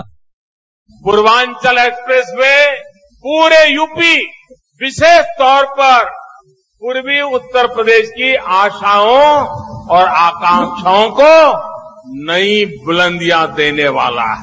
bite Purvanchal expressway पूरे UP विशेष तौर पर पूर्वी उत्तर प्रदेश की आशाओं और आकांक्षाओं को नई बुलन्दियां देने वाला है